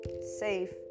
safe